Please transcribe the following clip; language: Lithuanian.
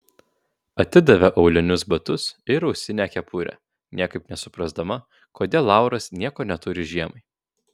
atidavė aulinius batus ir ausinę kepurę niekaip nesuprasdama kodėl lauras nieko neturi žiemai